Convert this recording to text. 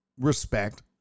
Respect